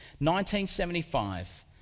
1975